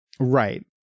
right